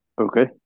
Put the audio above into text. Okay